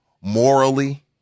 morally